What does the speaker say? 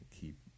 Keep